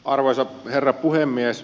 arvoisa herra puhemies